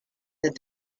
that